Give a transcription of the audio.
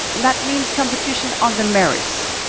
and that means competition on the merits,